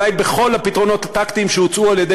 אולי בכל הפתרונות הטקטיים שהוצעו על-ידי